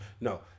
No